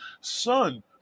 Son